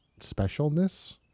specialness